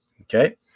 okay